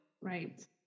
Right